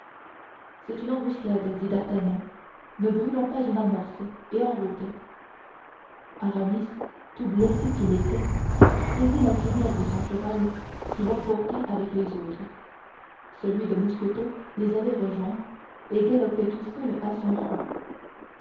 c'est une embuscade dit d'artagnan ne brûlons pas une amorce et en route aramis tout blessé qu'il était saisit la crinière de son cheval qui l'emporta avec les autres celui de mousqueton les avait rejoints et galopait tout seul à son rang